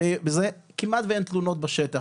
כמעט ואין תלונות בשטח.